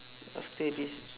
after this